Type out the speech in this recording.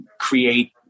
create